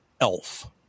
elf